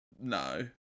no